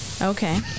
Okay